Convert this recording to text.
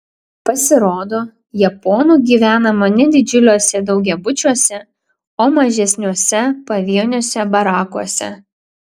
pasirodo japonų gyvenama ne didžiuliuose daugiabučiuose o mažesniuose pavieniuose barakuose